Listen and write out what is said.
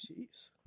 jeez